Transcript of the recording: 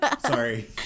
Sorry